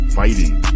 fighting